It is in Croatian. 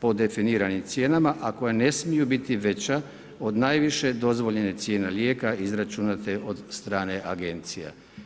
po definiranim cijenama, a koje ne smiju biti veća od najviše dozvoljene cijene lijeka izračunate od strane agencije.